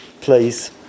please